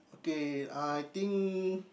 okay I think